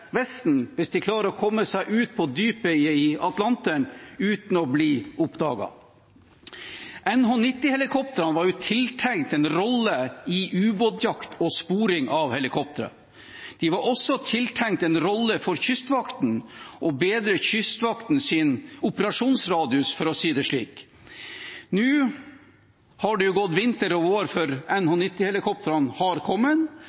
Vesten hvis de klarer å komme seg ut på dypet i Atlanteren uten å bli oppdaget. NH90-helikoptrene var tiltenkt en rolle i ubåtjakt og sporing av helikoptre. De var også tiltenkt en rolle for Kystvakten, for å bedre Kystvaktens operasjonsradius, for å si det slik. Nå har det gått vinter og vår før NH90-helikoptrene har kommet,